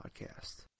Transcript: Podcast